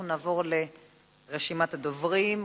אנחנו נעבור לרשימת הדוברים.